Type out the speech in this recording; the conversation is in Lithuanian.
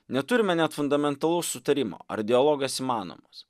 neturime net fundamentalaus sutarimo ar dialogas įmanomas